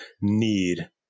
need